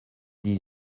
dix